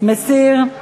מסיר.